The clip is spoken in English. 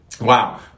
Wow